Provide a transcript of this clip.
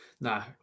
nah